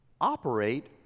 operate